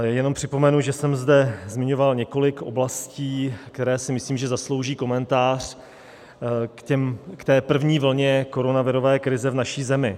Jenom připomenu, že jsem zde zmiňoval několik oblastí, které si myslím, že zaslouží komentář, k té první vlně koronavirové krize v naší zemi.